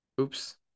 oops